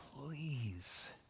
Please